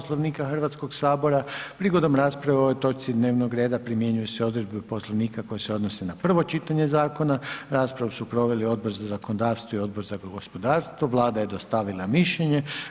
Poslovnika Hrvatskog sabora, prigodom rasprave o ovoj točci dnevnog reda, primjenjuju se odredbe Poslovnika, koje se odnose na prvo čitanje zakona, raspravu su proveli Odbor za zakonodavstvo i Odbor za gospodarstvo, Vlada je dostavila mišljenje.